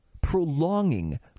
Prolonging